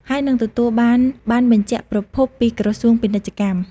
ហើយនឺងទទួលបានប័ណ្ណបញ្ជាក់ប្រភព ពីក្រសួងពាណិជ្ជកម្ម។